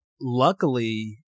luckily